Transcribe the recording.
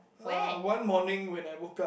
uh one morning when I woke up